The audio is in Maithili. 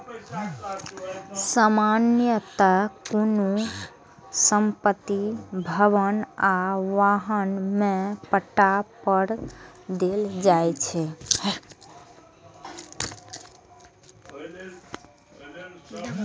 सामान्यतः कोनो संपत्ति, भवन आ वाहन कें पट्टा पर देल जाइ छै